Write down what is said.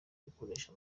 gukoresha